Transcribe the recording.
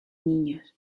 niños